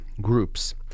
groups